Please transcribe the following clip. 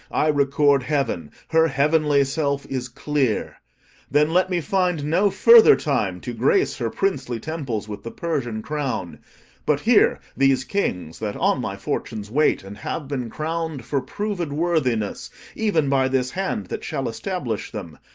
i record heaven, her heavenly self is clear then let me find no further time to grace her princely temples with the persian crown but here these kings that on my fortunes wait, and have been crown'd for proved worthiness even by this hand that shall establish them,